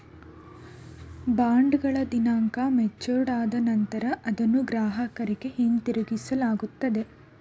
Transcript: ಬಾಂಡ್ಗಳ ದಿನಾಂಕ ಮೆಚೂರ್ಡ್ ಆದ ನಂತರ ಅದನ್ನ ಗ್ರಾಹಕರಿಗೆ ಹಿಂತಿರುಗಿಸಲಾಗುತ್ತದೆ